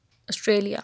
Australia